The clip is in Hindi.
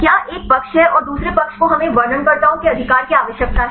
क्या एक पक्ष है और दूसरे पक्ष को हमें वर्णनकर्ताओं के अधिकार की आवश्यकता है